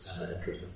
Interesting